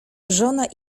żona